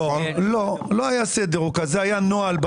לא, לא היה סדר, זה היה נוהל.